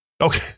Okay